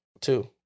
two